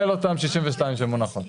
יכול להיות שהמספר הוא 60. בדיוק 62. כן.